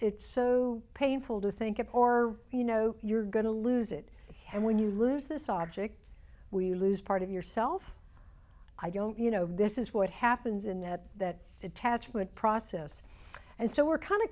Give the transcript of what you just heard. it's so painful to think it or you know you're going to lose it and when you lose this object we lose part of yourself i don't you know this is what happens in net that attachment process and so we're kind of